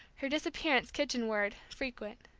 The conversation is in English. her disappearances kitchenward frequent.